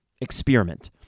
experiment